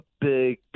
big